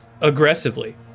aggressively